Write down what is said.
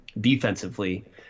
defensively